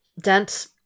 Dent